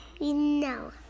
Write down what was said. no